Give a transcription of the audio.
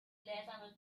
gläser